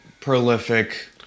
prolific